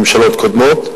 מממשלות קודמות,